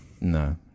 No